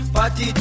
Party